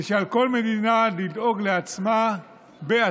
זה שעל כל מדינה לדאוג לעצמה בעצמה.